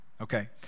okay